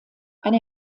eine